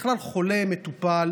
בכלל חולה מטופל